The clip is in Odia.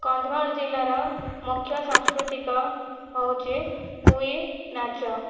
କନ୍ଧମାଳ ଜିଲ୍ଲାର ମୁଖ୍ୟ ସାଂସ୍କୃତିକ ହେଉଛି କୁଇ ନାଚ